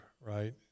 right